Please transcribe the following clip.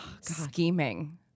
scheming